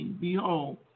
Behold